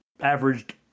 averaged